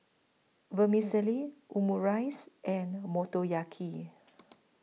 Vermicelli Omurice and Motoyaki